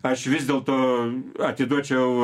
aš vis dėlto atiduočiau